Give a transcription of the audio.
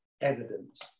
evidence